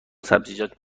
سبزیجات